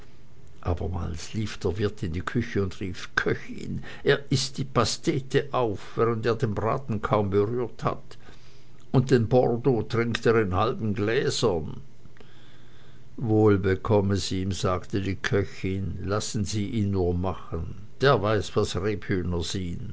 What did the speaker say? abermals lief der wirt in die küche und rief köchin er ißt die pastete auf während er den braten kaum berührt hat und den bordeaux trinkt er in halben gläsern wohl bekomm es ihm sagte die köchin lassen sie ihn nur machen der weiß was